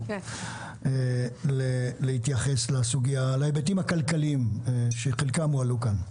להתייחס להיבטים הכלכליים שחלקם הועלו כאן.